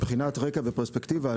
מבחינת רקע ופרספקטיבה,